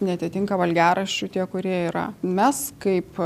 neatitinka valgiaraščių tie kurie yra mes kaip